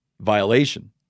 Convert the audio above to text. violation